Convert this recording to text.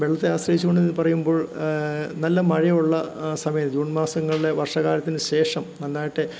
വെള്ളത്തെ ആശ്രയിച്ചുകൊണ്ടെന്നു പറയുമ്പോൾ നല്ല മഴയുള്ള സമയം ജൂൺ മാസങ്ങളിലെ വർഷകാലത്തിനു ശേഷം നന്നായിട്ട്